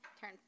turn